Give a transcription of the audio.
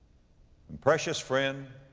and precious friend,